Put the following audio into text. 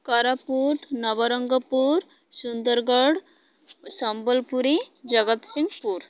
Koraput Nabarangpur Sundargarh Sambalpuri Jagatsinghpur